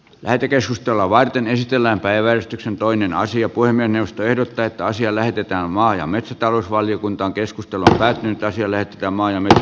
lähetekeskustelua varten esitellään päiväystyksen toinen asia kuin puhemiesneuvosto ehdottaa että asia lähetetään maa ja metsätalousvaliokunta on keskustellut vähentäisi ellei tamma jane